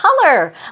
color